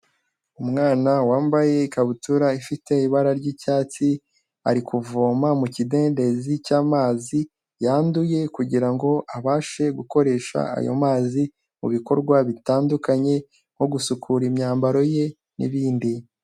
Umwana wambaye ikabutura ifite ibara ry'icyatsi, ari kuvoma mu kidendezi cy'amazi yanduye kugira ngo abashe gukoresha ayo mazi mu bikorwa bitandukanye nko gusukura imyambaro ye n'ibindi.